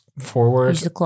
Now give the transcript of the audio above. forward